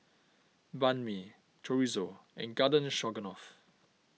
Banh Mi Chorizo and Garden Stroganoff